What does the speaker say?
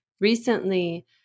recently